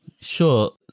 Sure